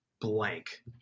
blank